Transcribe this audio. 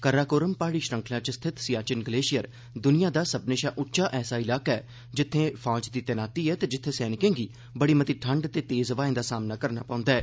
कराकोरम प्हाड़ी श्रृंखला च स्थित सियाचिन ग्लेशियर द्निया दा सब्बने शा उच्चा ऐसा इलाका ऐ जित्थे फौज दी तैनाती ऐ ते जित्थे सैनिकें गी बड़ी मती ठंड ते तेज ब्हाएं दा सामना करना पौंदा ऐ